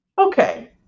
okay